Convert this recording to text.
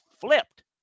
flipped